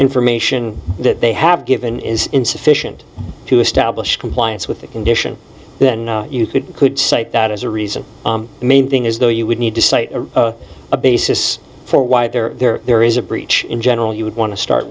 information that they have given is insufficient to establish compliance with the condition then you could could cite that as a reason the main thing is though you would need to cite a basis for why there there is a breach in general you would want to start